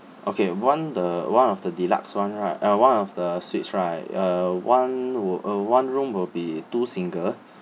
okay one the one of the deluxe [one] right uh one of the suites right uh one will uh one room will be two single